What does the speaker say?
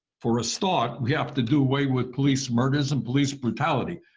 for a start, we have to do away with police murders and police brutality.